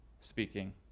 speaking